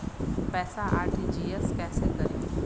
पैसा आर.टी.जी.एस कैसे करी?